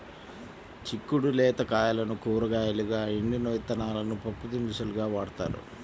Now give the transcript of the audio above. చిక్కుడు లేత కాయలను కూరగాయలుగా, ఎండిన విత్తనాలను పప్పుదినుసులుగా వాడతారు